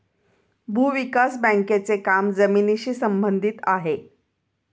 भूविकास बँकेचे काम जमिनीशी संबंधित आहे